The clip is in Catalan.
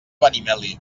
benimeli